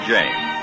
James